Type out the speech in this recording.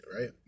right